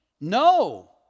No